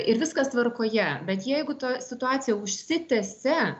ir viskas tvarkoje bet jeigu ta situacija užsitęsia